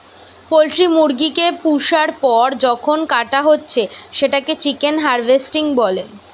poultry মুরগি কে পুষার পর যখন কাটা হচ্ছে সেটাকে চিকেন হার্ভেস্টিং বলে